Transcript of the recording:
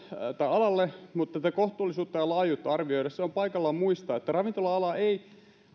alalle mutta tätä kohtuullisuutta ja laajuutta arvioitaessa on paikallaan muistaa että ravintola alaa eivät